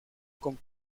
kong